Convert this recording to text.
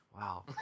Wow